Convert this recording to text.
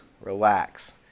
relax